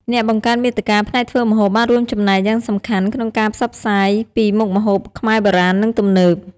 អ្នកបង្កើតមាតិកាផ្នែកធ្វើម្ហូបបានរួមចំណែកយ៉ាងសំខាន់ក្នុងការផ្សព្វផ្សាយពីមុខម្ហូបខ្មែរបុរាណ និងទំនើប។